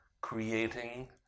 creating